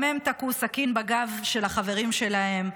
גם הם תקעו סכין בגב של החברים שלהם,